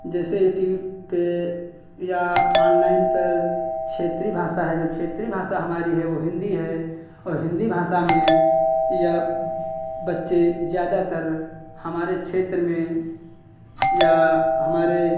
जैसे T V पे या ऑनलाइन पर क्षेत्रीय भाषा है जो क्षेत्रीय भाषा हमारी है वो हिन्दी है और हिन्दी भाषा में या बच्चे ज़्यादातर हमारे क्षेत्र में या हमारे